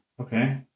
Okay